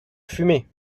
fumée